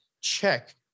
check